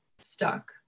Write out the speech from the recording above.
stuck